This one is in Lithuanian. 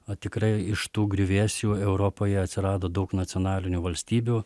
o tikrai iš tų griuvėsių europoje atsirado daug nacionalinių valstybių